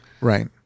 Right